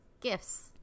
gifts